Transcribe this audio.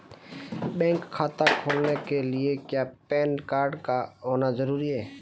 Bank खाता खोलने के लिए क्या पैन कार्ड का होना ज़रूरी है?